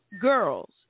girls